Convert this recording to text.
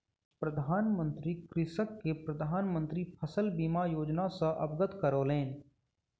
प्रधान मंत्री कृषक के प्रधान मंत्री फसल बीमा योजना सॅ अवगत करौलैन